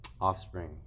Offspring